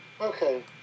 Okay